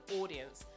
audience